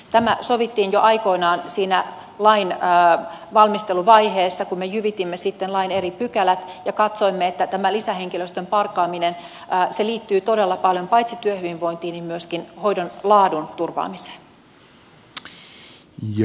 tämä sovittiin jo aikoinaan siinä lain valmisteluvaiheessa kun me jyvitimme sitten lain eri pykälät ja katsoimme että tämä lisähenkilöstön palkkaaminen liittyy todella paljon paitsi työhyvinvointiin myöskin hoidon laadun turvaamiseen